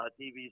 TV